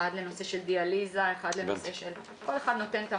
אחד לנושא של דיאליזה וכולי.